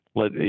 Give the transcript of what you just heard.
let